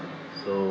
so